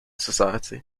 society